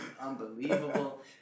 unbelievable